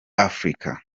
africa